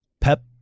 pep